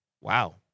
wow